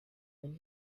when